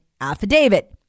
affidavit